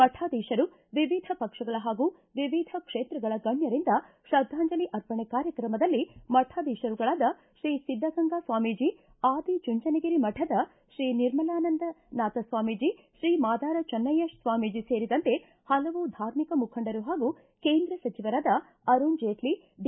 ಮಠಾಧೀಶರು ವಿವಿಧ ಪಕ್ಷಗಳ ಹಾಗೂ ವಿವಿಧ ಕ್ಕೇತ್ರಗಳ ಗಣ್ಯರಿಂದ ಶ್ರದ್ಧಾಂಜಲಿ ಅರ್ಪಣೆ ಕಾರ್ಯಕ್ರಮದಲ್ಲಿ ಮಠಾಧೀಶರುಗಳಾದ ಶ್ರೀ ಸಿದ್ದಗಂಗಾ ಸ್ವಾಮೀಜಿ ಆದಿಚುಂಚನಗಿರಿ ಮಠದ ಶ್ರೀ ನಿರ್ಮಲಾನಂದನಾಥ ಸ್ವಾಮೀಜಿ ಶ್ರೀ ಮಾದಾರ ಚನ್ನಯ್ಕ ಸ್ವಾಮೀಜಿ ಸೇರಿದಂತೆ ಪಲವು ಧಾರ್ಮಿಕ ಮುಖಂಡರು ಪಾಗೂ ಕೇಂದ್ರ ಸಜಿವರಾದ ಅರುಣ್ ಜೇಟ್ಲಿ ಡಿ